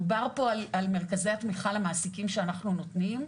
דובר פה על מרכזי התמיכה למעסיקים שאנחנו נותנים,